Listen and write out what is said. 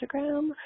instagram